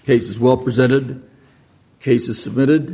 says well presented cases submitted